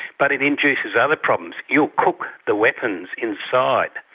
but it induces other problems. you'll cook the weapons inside.